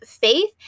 faith